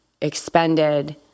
expended